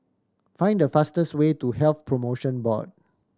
find the fastest way to Health Promotion Board